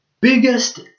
biggest